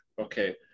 okay